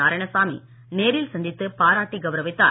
நாராயணசாமி நேரில் சந்தித்து பாராட்டி கவுரவித்தார்